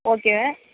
okay